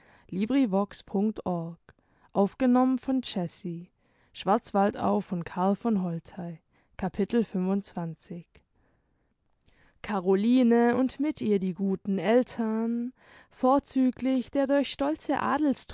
capitel caroline und mit ihr die guten eltern vorzüglich der durch stolze